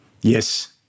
Yes